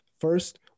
First